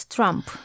Trump